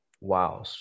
Wow